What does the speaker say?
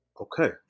Okay